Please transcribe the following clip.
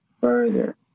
further